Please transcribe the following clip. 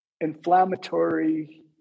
inflammatory